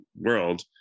world